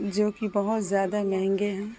جو کہ بہت زیادہ مہنگے ہیں